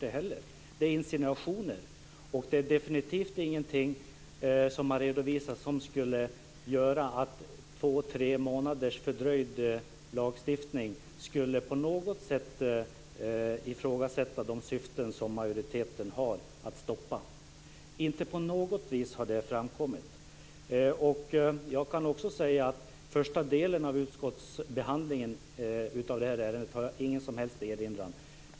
Det är insinuationer, och det är definitivt ingenting som har redovisats som skulle göra att två tre månaders fördröjning av lagstiftningen på något sätt skulle ifrågasätta de syften som majoriteten har att stoppa detta. Inte på något vis har det framkommit. Jag kan också säga att jag inte har någon som helst erinran mot den första delen av utskottsbehandlingen av detta ärende.